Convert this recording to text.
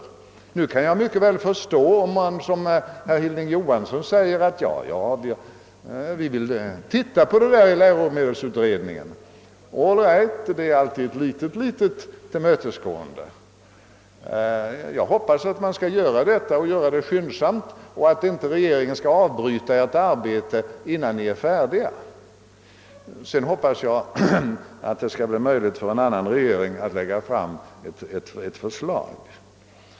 Jag kan mycket väl förstå, om man som herr Johansson i Trollhättan säger: » Vi vill titta på frågan i läromedelsutredningen.» All right, det är alltid ett litet tillmötesgående. Jag hoppas att vi skall göra det och göra det skyndsamt och att inte regeringen skall avbryta ert arbete, innan ni är färdiga. Vidare hoppas jag att det skall bli möjligt för en annan regering att lägga fram ett förslag.